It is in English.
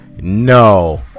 no